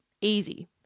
Easy